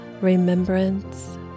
remembrance